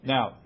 Now